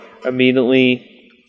Immediately